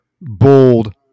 bold